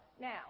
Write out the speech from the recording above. Now